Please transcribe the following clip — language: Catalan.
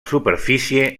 superfície